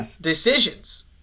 decisions